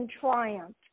triumph